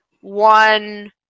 one